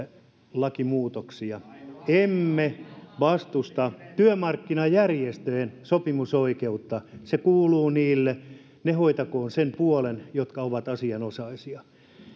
lakimuutoksia emme vastusta työmarkkinajärjestöjen sopimusoikeutta se kuuluu niille ne hoitakoot sen puolen jotka ovat asianosaisia